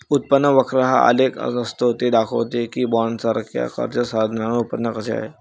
उत्पन्न वक्र हा आलेख असतो ते दाखवते की बॉण्ड्ससारख्या कर्ज साधनांवर उत्पन्न कसे आहे